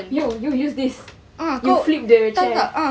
no use use this you flip the chair